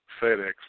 FedEx